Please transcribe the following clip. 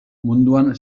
munduan